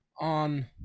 on